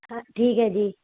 ਹਾਂ ਠੀਕ ਹੈ ਜੀ